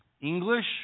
English